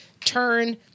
turn